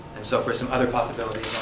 and so for some other possibilities